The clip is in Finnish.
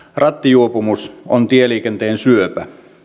rattijuopumus on tieliikenteen syöpä